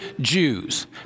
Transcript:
Jews